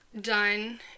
done